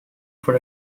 for